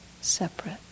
separate